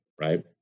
right